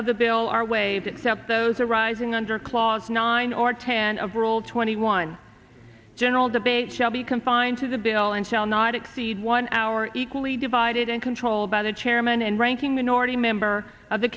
of the bill are waived except those arising under clause nine or ten of rule twenty one general debate shall be confined to the bill and shall not exceed one hour equally divided and controlled by the chairman and ranking minority member of the